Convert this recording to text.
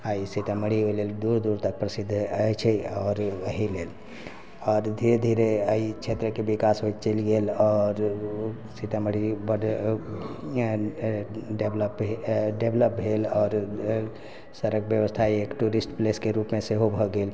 आ ई सीतामढ़ी ओहि लेल दूर दूर तक प्रसिद्ध अछि आओर एहि लेल आओर धीरे धीरे एहि क्षेत्र के बिकास चलि गेल आओर सीतामढ़ी बड्ड डेवलप भेल आओर सड़क व्यवस्था एक टूरिस्ट पैलेस के रूप मे सेहो भऽ गेल